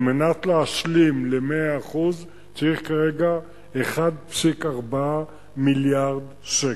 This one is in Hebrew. על מנת להשלים ל-100%, צריך כרגע 1.4 מיליארד שקל.